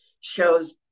shows